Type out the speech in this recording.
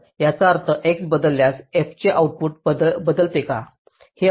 याचा अर्थ x बदलल्यास f चे आउटपुट बदलते का